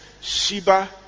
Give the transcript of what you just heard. Shiba